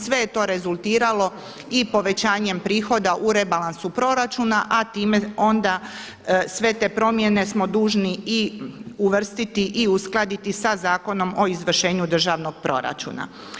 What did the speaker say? Sve je to rezultiralo i povećanjem prihoda u rebalansu proračuna, a time onda sve te promjene smo dužni i uvrstiti i uskladiti sa Zakonom o izvršenju državnog proračuna.